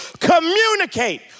communicate